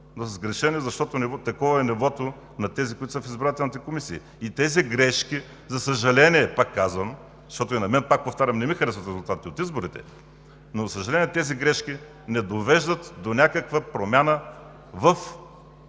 Сгрешени, защото такова е нивото на тези, които са в избирателните комисии. Тези грешки, за съжаление, пак казвам, защото и на мен, пак повтарям, не ми харесват резултатите от изборите, за съжаление, грешките не довеждат до някаква промяна в